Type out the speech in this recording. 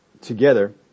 together